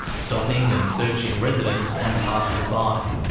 stopping and searching residents and passers-by.